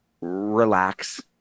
relax